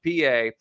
PA